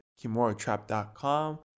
KimuraTrap.com